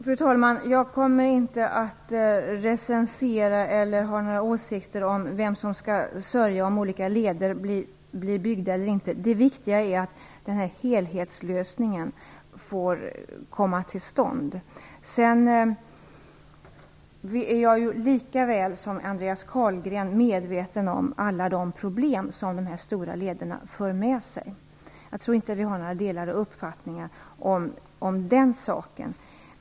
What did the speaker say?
Fru talman! Jag kommer inte att uttala några åsikter om vem som skall sörja om olika leder byggs eller inte. Det viktiga är att helhetslösningar får komma till stånd. Jag är, lika väl som Andreas Carlgren, medveten om de problem som de stora lederna för med sig - vi har inte delade uppfattningar om den saken.